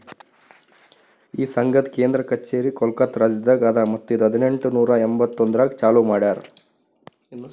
ಈ ಸಂಘದ್ ಕೇಂದ್ರ ಕಚೇರಿ ಕೋಲ್ಕತಾ ರಾಜ್ಯದಾಗ್ ಅದಾ ಮತ್ತ ಇದು ಹದಿನೆಂಟು ನೂರಾ ಎಂಬತ್ತೊಂದರಾಗ್ ಚಾಲೂ ಮಾಡ್ಯಾರ್